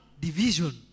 division